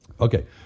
Okay